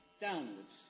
downwards